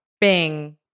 bing